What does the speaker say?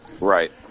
Right